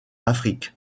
afrique